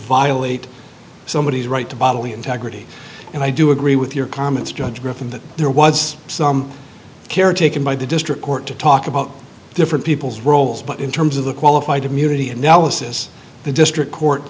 violate somebodies right to bodily integrity and i do agree with your comments judge griffin that there was some care taken by the district court to talk about different people's roles but in terms of the qualified immunity analysis the district court